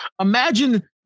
imagine